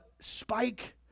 spike